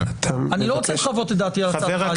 אני לא רוצה לחוות את דעתי על הצעתך,